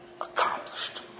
accomplished